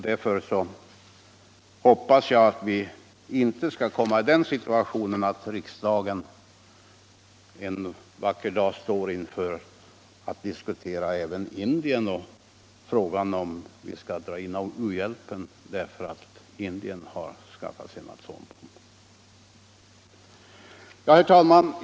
Därför hoppas jag att vi inte skall komma i den situationen att riksdagen en vacker dag diskuterar frågan om vi skall dra in u-hjälpen till Indien därför att Indien har skaffat sig en atombomb. Herr talman!